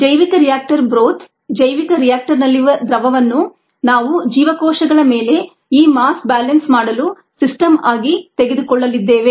ಜೈವಿಕ reactor broth ಜೈವಿಕ ರಿಯಾಕ್ಟರ್ನಲ್ಲಿರುವ ದ್ರವವನ್ನು ನಾವು ಜೀವಕೋಶಗಳ ಮೇಲೆ ಈ ಮಾಸ್ ಬ್ಯಾಲೆನ್ಸ್ ಮಾಡಲು ಸಿಸ್ಟಮ್ ಆಗಿ ತೆಗೆದುಕೊಳ್ಳಲಿದ್ದೇವೆ